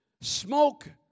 Smoke